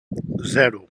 zero